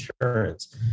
insurance